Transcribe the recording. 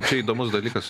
čia įdomus dalykas